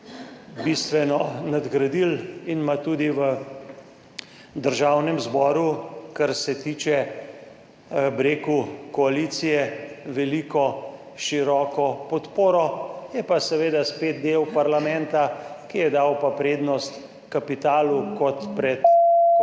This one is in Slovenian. bistveno nadgradili in ima tudi v Državnem zboru, kar se tiče koalicije, veliko, široko podporo. Je pa seveda spet del parlamenta, ki je dal prednost kapitalu kot pa zdravju,